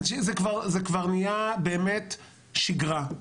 זה כבר נהיה באמת שיגרה.